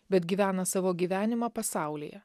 bet gyvena savo gyvenimą pasaulyje